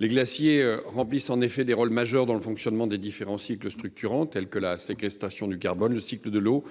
Ils remplissent en effet un rôle majeur dans le fonctionnement des différents cycles structurants, tels que la séquestration du carbone, le cycle de l’eau